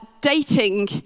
dating